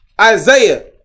Isaiah